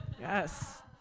yes